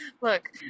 look